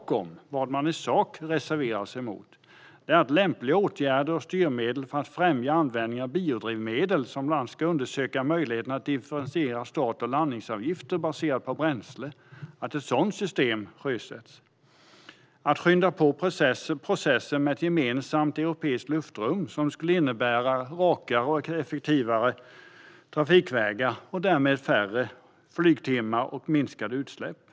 Vad man i sak reserverar sig mot är att sjösätta lämpliga åtgärder och styrmedel för att främja användningen av biodrivmedel i luftfarten, bland annat att undersöka möjligheten att differentiera start och landningsavgifter baserat på bränsle. Man reserverar sig även mot att skynda på processen för ett gemensamt europeiskt luftrum, som skulle innebära rakare och effektivare trafikvägar och därmed färre flygtimmar och minskade utsläpp.